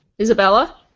Isabella